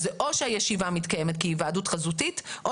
זה או שהישיבה מתקיימת כהיוועדות חזותית או